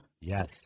Yes